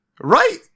Right